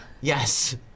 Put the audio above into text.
Yes